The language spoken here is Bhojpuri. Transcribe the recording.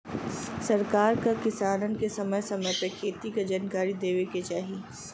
सरकार क किसानन के समय समय पे खेती क जनकारी देवे के चाही